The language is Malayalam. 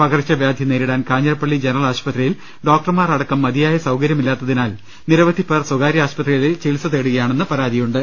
പകർച്ചവ്യാധി നേരിടാൻ കാഞ്ഞിര പ്പള്ളി ജനറൽ ആശുപത്രിയിൽ ഡോക്ടർമാർ അടക്കം മതിയായ സൌകര്യമില്ലാത്ത തിനാൽ നിരവധി പേർ സ്വകാര്യ ആശുപത്രികളിൽ ചികിത്സ തേടുകയാണെന്ന് പരാതിയുണ്ട്